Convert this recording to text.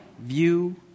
view